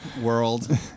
world